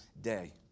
day